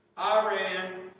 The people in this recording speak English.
Iran